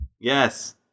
Yes